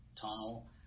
tunnel